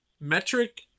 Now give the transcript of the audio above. metric